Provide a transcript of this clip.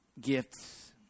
gifts